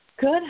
Good